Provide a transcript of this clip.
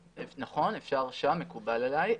נכון, אפשר שם, מקובל עלי.